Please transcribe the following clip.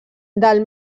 del